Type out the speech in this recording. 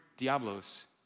diablos